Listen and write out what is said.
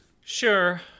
Sure